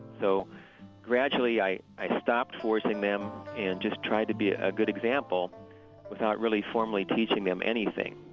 so gradually i i stopped forcing them and just tried to be a good example without really formally teaching them anything.